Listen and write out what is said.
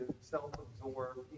self-absorbed